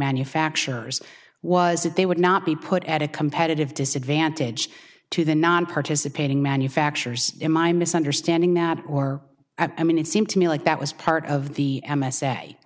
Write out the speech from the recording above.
manufacturers was that they would not be put at a competitive disadvantage to the nonparticipating manufacturers in my misunderstanding nap or i mean it seemed to me like that was part of the m s a